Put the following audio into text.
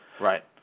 Right